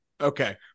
Okay